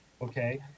okay